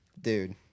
Dude